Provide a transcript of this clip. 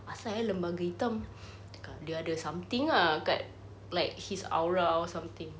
apasal eh lembaga hitam dia cakap dia ada something lah kat like his aura or something